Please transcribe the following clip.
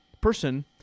person